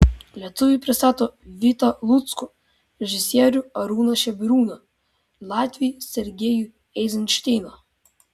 lietuviai pristato vitą luckų režisierių arūną žebriūną latviai sergejų eizenšteiną